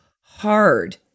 hard